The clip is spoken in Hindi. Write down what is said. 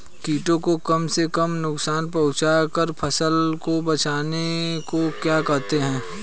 कीटों को कम से कम नुकसान पहुंचा कर फसल को बचाने को क्या कहते हैं?